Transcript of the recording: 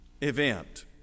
event